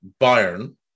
Bayern